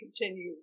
continue